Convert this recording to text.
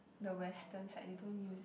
the Western side they don't use it